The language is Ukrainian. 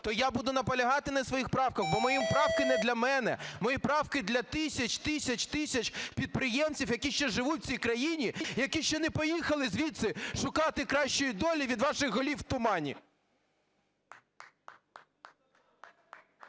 то я буду наполягати на своїх правках, бо мої правки - не для мене. Мої правки - для тисяч, тисяч, тисяч підприємців, які ще живуть в цій країні, які ще не поїхали звідси шукати кращої долі від ваших "голів в тумані".